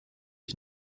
ich